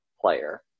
player